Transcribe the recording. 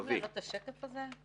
אנחנו יכולים להעלות את השקף הזה?